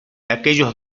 aquellos